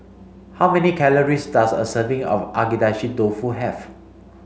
how many calories does a serving of Agedashi Dofu have